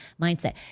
mindset